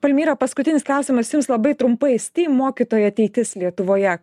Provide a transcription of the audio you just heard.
palmyra paskutinis klausimas jums labai trumpai stim mokytojų ateitis lietuvoje